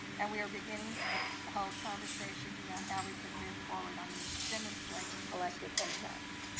and we are beginning to hold conversations around how we can move forward on this demonstrating collective impact.